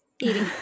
eating